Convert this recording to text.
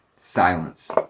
Silence